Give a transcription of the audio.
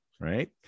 right